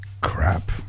crap